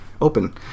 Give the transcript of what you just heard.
open